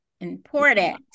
Important